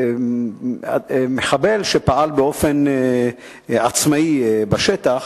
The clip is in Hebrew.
במחבל שפעל באופן עצמאי בשטח.